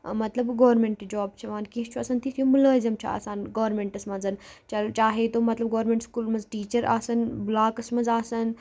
مطلب government job چھِ یِوان کیٚنٛہہ چھُ آسان تِتھ یِم مُلٲزِم چھِ آسان گورمنٹَس منٛز چل چاہے تم مطلب گورمینٹ سکوٗلَن منٛز ٹیٖچَر آسان بٕلاکَس منٛز آسان